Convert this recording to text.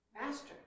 Master